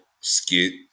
skit